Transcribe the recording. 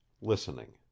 listening